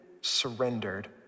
surrendered